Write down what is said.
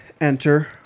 enter